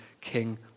king